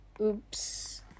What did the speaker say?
Oops